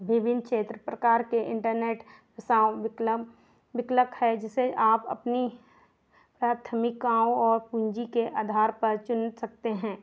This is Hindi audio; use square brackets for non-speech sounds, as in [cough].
विभिन्न क्षेत्र प्रकार के इन्टरनेट [unintelligible] विकल्प विकल्प है जिसे आप अपनी प्राथमिकताओं और पूंजी के आधार पर चुन सकते हैं